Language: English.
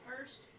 first